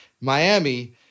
Miami